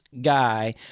guy